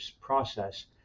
process